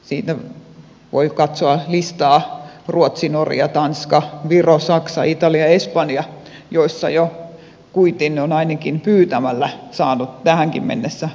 siinä voi katsoa listaa maista ruotsi norja tanska viro saksa italia espanja joissa kuitin on ainakin pyytämällä saanut jo tähänkin mennessä lain mukaan